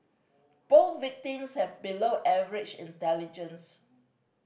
both victims have below average intelligence